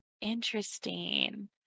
interesting